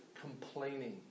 complaining